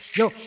yo